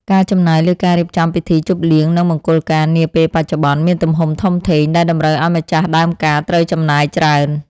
ការចំណាយលើការរៀបចំពិធីជប់លៀងនិងមង្គលការនាពេលបច្ចុប្បន្ន មានទំហំធំធេងដែលតម្រូវឱ្យម្ចាស់ដើមការត្រូវចំណាយច្រើន។